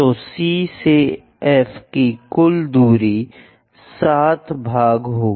तो C से F की कुल दूरी 7 भाग होगी